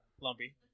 Lumpy